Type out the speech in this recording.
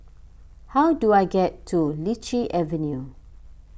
how do I get to Lichi Avenue